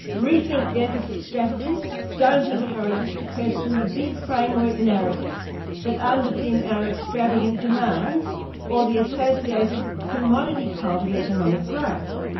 re-think deficit strategies don't encourage us to question the big framework narratives that underpin our extravagant demands or the associated commodity cult of economic growth.